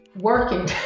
working